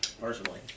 personally